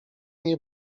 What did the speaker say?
nie